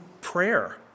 prayer